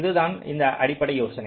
இதுதான் அந்த அடிப்படை யோசனை